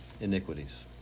iniquities